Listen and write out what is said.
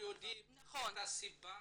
יודעים את הסיבה